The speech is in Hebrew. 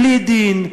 בלי דין,